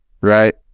right